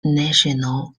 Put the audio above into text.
national